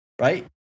right